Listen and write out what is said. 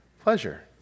pleasure